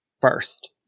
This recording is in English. first